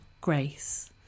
Grace